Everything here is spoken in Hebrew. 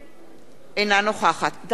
דוד רותם,